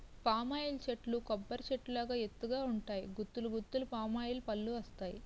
palm oil చెట్లు కొబ్బరి చెట్టు లాగా ఎత్తు గ ఉంటాయి గుత్తులు గుత్తులు పామాయిల్ పల్లువత్తాయి